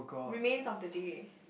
Remains-of-the-Day